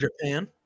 Japan